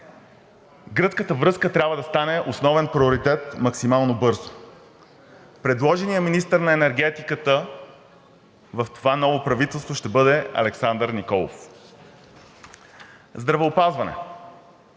Гръцката връзка трябва да стане основен приоритет максимално бързо. Предложеният министър на енергетиката в това ново правителство ще бъде Александър Николов. Здравеопазване.